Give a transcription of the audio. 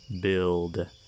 build